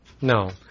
no